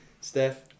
Steph